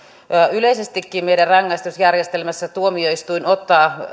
yleisestikin meidän rangaistusjärjestelmässämme tuomioistuin ottaa